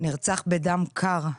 נרצח בדם קר.